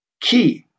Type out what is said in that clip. key